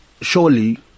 Surely